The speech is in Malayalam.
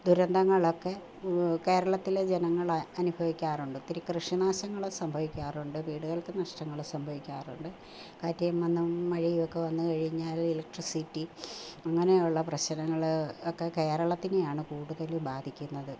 ദുരന്തങ്ങളൊക്കെ കേരളത്തിലെ ജനങ്ങളനുഭവിക്കാറുണ്ട് ഒത്തിരി കൃഷി നാശങ്ങൾ സംഭവിക്കാറുണ്ട് വീടുകൾക്ക് നാശങ്ങൾ സംഭവിക്കാറുണ്ട് കാറ്റും വന്നു മഴയുമൊക്കെ വന്നു കഴിഞ്ഞാൽ ഇലക്ട്രിസിറ്റി അങ്ങനെയുള്ള പ്രശ്നങ്ങൾ ഒക്കെ കേരളത്തിനെയാണ് കൂടുതൽ ബാധിക്കുന്നത്